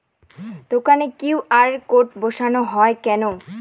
দোকানে QR code বসানো হয় কেন?